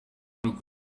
umuntu